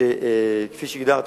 שכפי שהגדרתי,